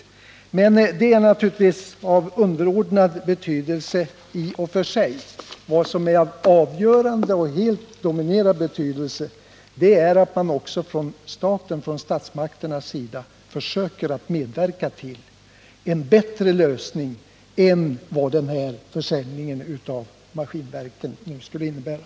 Detta är naturligtvis i och för sig av underordnad betydelse. Vad som är avgörande är att man från statsmakternas sida försöker medverka till en bättre lösning än vad den här försäljningen av Maskinverken skulle innebära.